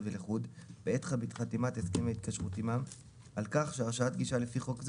ולחוד בעת חתימת הסכם ההתקשרות עמם על כך שהרשאת גישה לפי חוק,